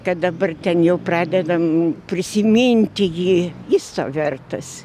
kad dabar ten jau pradedam prisiminti jį jis to vertas